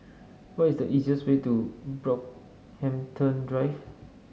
what is the easiest way to Brockhampton Drive